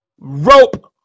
rope